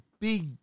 big